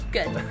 Good